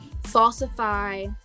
falsify